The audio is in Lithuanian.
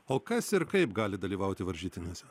o kas ir kaip gali dalyvauti varžytinėse